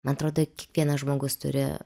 man atrodo kiekvienas žmogus turi